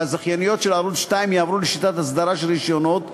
והזכייניות של ערוץ 2 יעברו לשיטת אסדרה של רישיונות,